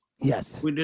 Yes